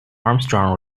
armstrong